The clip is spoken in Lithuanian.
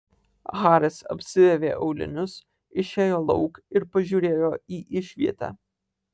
haris apsiavė aulinius išėjo lauk ir pažiūrėjo į išvietę